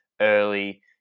Early